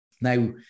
now